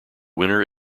winner